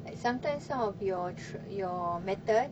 like sometimes some of your your method